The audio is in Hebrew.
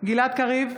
גלעד קריב,